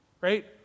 right